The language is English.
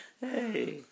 Hey